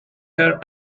her